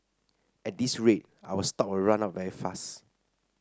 at this rate our stock will run out very fast